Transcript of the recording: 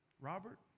Robert